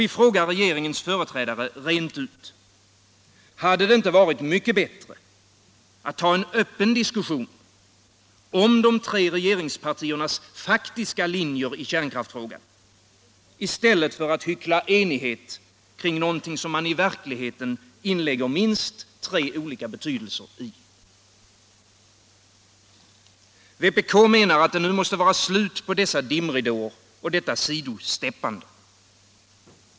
Vi frågar regeringens företrädare rent ut: Hade det inte varit mycket bättre att ta en öppen diskussion om de tre regeringspartiernas faktiska linjer i kärnkraftsfrågan i stället för att hyckla enighet kring något som man i verkligheten inlägger minst tre olika betydelser i Vpk anser att det nu måste vara slut på dessa dimridåer och detta sidosteppande.